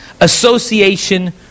association